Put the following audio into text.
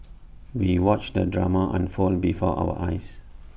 we watched the drama unfold before our eyes